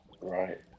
Right